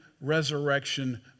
resurrection